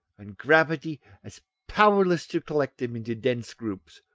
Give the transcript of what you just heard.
and gravity as powerless to collect them into dense groups.